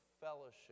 fellowship